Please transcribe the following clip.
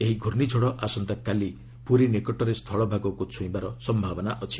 ଏହି ଘୁର୍ଷିଝଡ଼ ଆସନ୍ତାକାଲି ପୁରୀ ନିକଟରେ ସ୍ଥଳଭାଗକୁ ଛୁଇଁବାର ସମ୍ଭାବନା ଅଛି